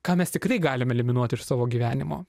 ką mes tikrai galim eliminuoti iš savo gyvenimo